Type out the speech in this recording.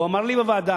הוא אמר לי בוועדה,